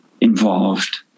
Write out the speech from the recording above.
involved